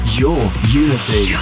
yourunity